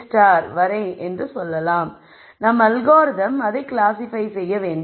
xn வரை என்று சொல்லலாம் நம் அல்காரிதம் அதை கிளாசிஃபை செய்ய வேண்டும்